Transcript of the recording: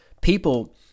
People